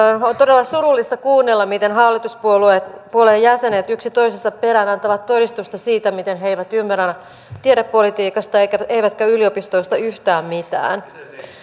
on todella surullista kuunnella miten hallituspuolueiden jäsenet yksi toisensa perään antavat todistusta siitä miten he eivät ymmärrä tiedepolitiikasta eivätkä eivätkä yliopistoista yhtään mitään